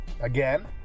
Again